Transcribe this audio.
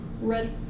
red